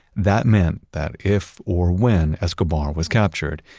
that meant that if or when escobar was captured,